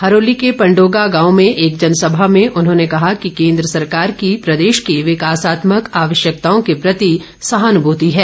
हरोली के पंडोगा गांव में एक जनसभा में उन्होंने कहा कि केन्द्र सरकार की प्रदेश की विकासात्मक आवश्यकताओं के प्रति सहानुभूति है